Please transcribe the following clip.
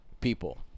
people